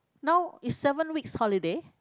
now is seven weeks holiday